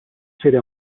sede